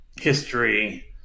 history